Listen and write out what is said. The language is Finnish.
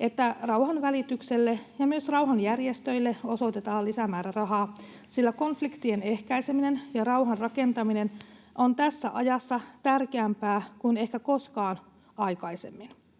että rauhanvälitykselle ja myös rauhanjärjestöille osoitetaan lisämäärärahaa, sillä konfliktien ehkäiseminen ja rauhanrakentaminen on tässä ajassa tärkeämpää kuin ehkä koskaan aikaisemmin.